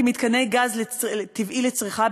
כי מתקני גז טבעי לצריכה,